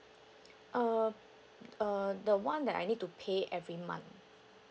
uh uh the one that I need to pay every month